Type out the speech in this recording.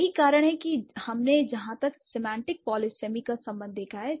यही कारण है कि हमने जहाँ तक सिमेंटिक पॉलीसिम का संबंध देखा है